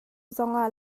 zongah